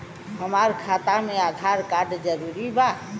हमार खाता में आधार कार्ड जरूरी बा?